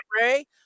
Ray